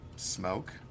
Smoke